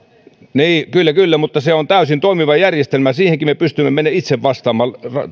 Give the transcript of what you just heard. niin kyllä kyllä mutta se on täysin toimiva järjestelmä siihenkin me pystymme itse vastaamaan